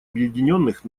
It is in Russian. объединенных